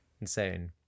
Insane